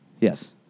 Yes